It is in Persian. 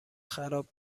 خراب